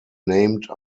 named